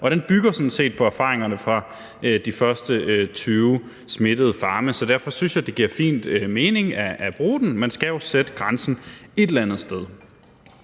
og den bygger sådan set på erfaringerne fra de første 20 farme, hvor der var smittede mink. Derfor synes jeg, det giver fin mening at bruge den. Man skal jo sætte grænsen et eller andet sted.